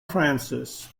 francis